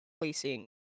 placing